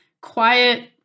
quiet